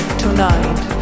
tonight